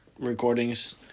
recordings